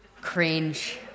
Cringe